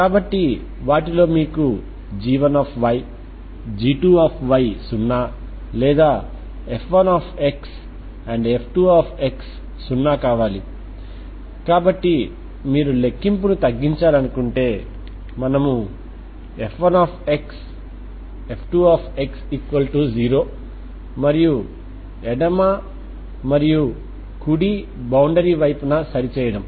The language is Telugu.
కాబట్టి వాటిలో మీకుg1y g2 సున్నా లేదాf1xf2x సున్నా కావాలి కాబట్టి మీరు లెక్కింపు ను తగ్గించాలనుకుంటే మనము f1xf2x0 మరియు ఎడమ మరియు కుడి బౌండరీ వైపున సరి చేయడం